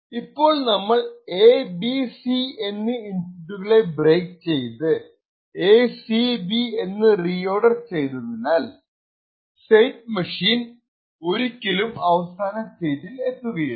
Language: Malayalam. ഇപ്പോൾ നമ്മൾ എബിസി എന്നീ ഇൻപുട്ടുകളെ ബ്രേക്ക് ചെയ്തു എസി ബിഎന്ന് റീഓർഡർ ചെയ്തതിനാൽ സ്റ്റെറ്റ് മെഷീൻഒരിക്കലും അവസാന സ്റ്റേറ്റിൽ എത്തുകയില്ല